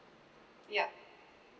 yup